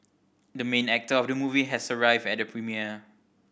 the main actor of the movie has arrived at the premiere